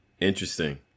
interesting